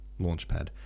Launchpad